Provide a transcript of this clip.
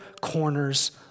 corners